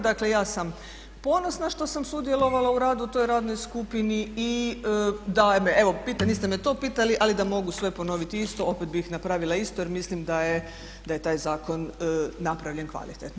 Dakle, ja sam ponosna što sam sudjelovala u radu u toj radnoj skupini i dajem, evo niste me to pitali ali da mogu sve ponoviti isto opet bih napravila isto jer mislim da je taj zakon napravljen kvalitetno.